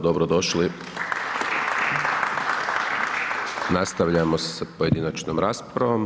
Dobro došli! Nastavljamo sa pojedinačnom raspravom.